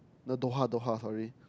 no Doha Doha sorry